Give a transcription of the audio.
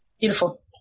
Beautiful